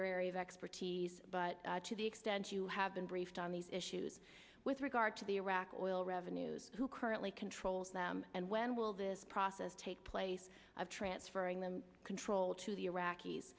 your area of expertise but to the extent you have been briefed on these issues with regard to the iraq oil revenues who currently controls them and when will this process take place of transferring the control to the iraqis